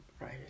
Right